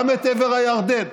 גם את עבר הירדן.